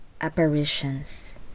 Apparitions